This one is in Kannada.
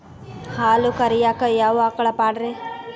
ಹಾಲು ಕರಿಯಾಕ ಯಾವ ಆಕಳ ಪಾಡ್ರೇ?